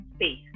space